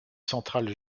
centrale